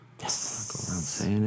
Yes